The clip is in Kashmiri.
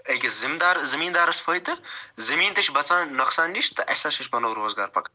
أکِس زَمیٖندار زٔمیٖندارَس فٲیدٕ زٔمیٖن تہِ چھُ بَچان نۄقصان نِش تہٕ اسہِ ہسا چھُ پَنُن روزگار پَکان